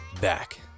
back